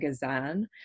gazan